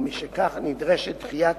ומשכך, נדרשת דחיית